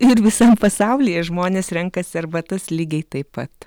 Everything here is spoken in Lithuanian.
ir visam pasaulyje žmonės renkasi arbatas lygiai taip pat